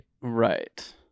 right